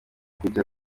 kujya